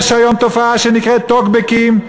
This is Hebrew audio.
יש תופעה שנקראת טוקבקים,